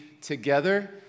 together